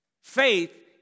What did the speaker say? Faith